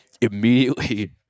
immediately